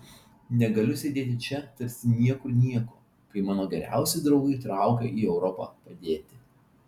negaliu sėdėti čia tarsi niekur nieko kai mano geriausi draugai traukia į europą padėti